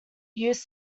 used